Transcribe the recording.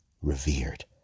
revered